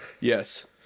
Yes